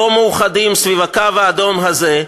לא מאוחדים סביב הקו האדום הזה,